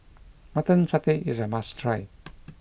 Mutton Satay is a must try